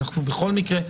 אנחנו בכל מקרה,